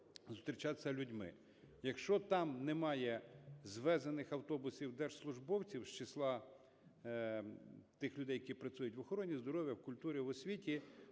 зустрічатися з людьми. Якщо там немає звезених автобусів держслужбовців з числа тих людей, які працюють в охороні здоров'я, в культурі, в освіті,